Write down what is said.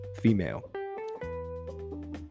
female